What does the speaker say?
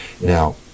now